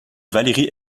valérie